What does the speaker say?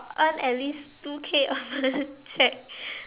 earn as least two K a month check